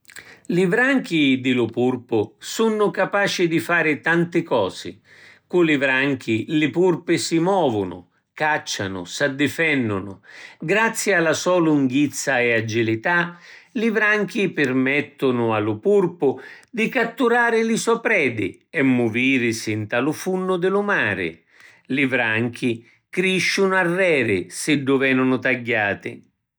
Li vranchi di lu purpu sunnu capaci di fari tanti cosi. Cu li vranchi li purpi si movunu, caccianu, s’addifennunu. Grazii a la so lunghizza e agilità, li vranchi pirmettunu a lu purpu di catturari li so predi e muvirisi nta lu funnu di lu mari. Li vranchi crisciunu arreri siddu venunu tagghiati.